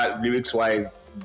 lyrics-wise